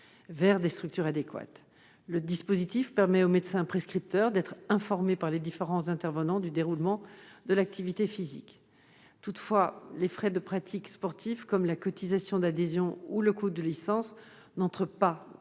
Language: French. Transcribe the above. vers des structures adéquates. Le dispositif permet au médecin prescripteur d'être informé par les différents intervenants du déroulement de l'activité physique. Toutefois, les frais de pratique sportive, tels que la cotisation d'adhésion ou le coût de la licence, n'entrent pas